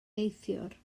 neithiwr